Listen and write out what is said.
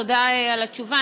תודה על התשובה,